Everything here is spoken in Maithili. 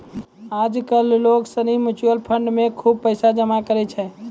आज कल लोग सनी म्यूचुअल फंड मे खुब पैसा जमा करै छै